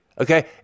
okay